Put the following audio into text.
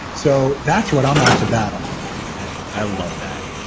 so that's what i'm out to battle i love that.